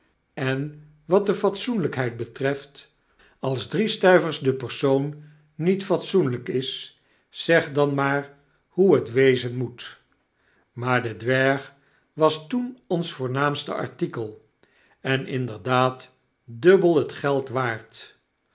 en wat de fatsoenlijkheid betreft als drie stuivers de persoon niet fatsoenlyk is zeg dan maar hoe het wezen moet maar de dwerg was toen ons voornaamste artikel en inderdaad dubbel het geld waard